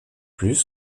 plus